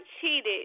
cheated